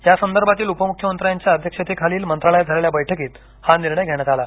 यासंदर्भातील उपमुख्यमंत्र्यांच्या अध्यक्षतेखाली मंत्रालयात झालेल्या बैठकीत हा निर्णय घेण्यात आला